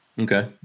Okay